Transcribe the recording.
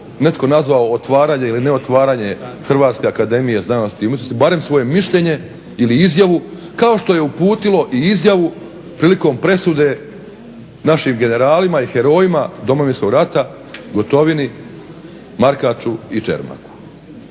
netko nazvao otvaranje ili neotvaranje Hrvatske akademije znanosti i umjetnosti barem svoje mišljenje ili izjavu kao što je uputilo i izjavu prilikom presude našim generalima i herojima Domovinskog rata Gotovini, Markaču i Čermaku.